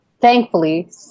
thankfully